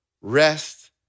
rest